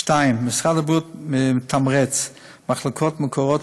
2. משרד הבריאות מתמרץ מחלקות מוכרות